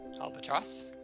Albatross